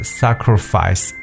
sacrifice